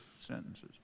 sentences